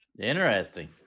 interesting